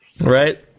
Right